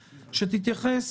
שתתייחס,